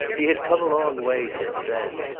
he had come a long way since then.